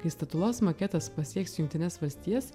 kai statulos maketas pasieks jungtines valstijas